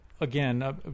again